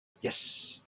Yes